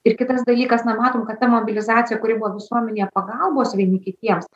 ir kitas dalykas na matom kad ta mobilizacija kuri buvo visuomenėje pagalbos vieni kitiems